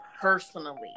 personally